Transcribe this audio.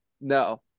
No